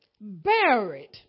buried